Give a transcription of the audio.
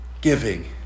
giving